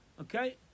okay